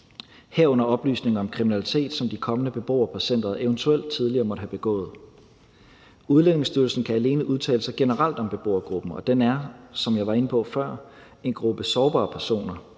herunder oplysninger om kriminalitet, som de kommende beboere på centeret eventuel tidligere måtte have begået. Udlændingestyrelsen kan alene udtale sig generelt om beboergruppen, og den er, som jeg var inde på før, en gruppe sårbare personer;